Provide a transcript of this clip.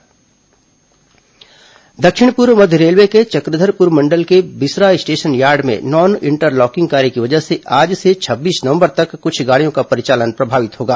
train रद्द दक्षिण पूर्व मध्य रेलवे के चक्रधरपुर मंडल के बिसरा स्टेशन यार्ड में नॉन इंटरलॉकिंग कार्य की वजह से आज से छब्बीस नवंबर तक क्छ गाड़ियों का परिचालन प्रभावित होगा